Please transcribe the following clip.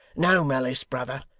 no malice, brother.